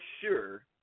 sure